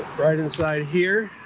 right inside here.